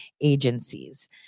agencies